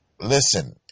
listen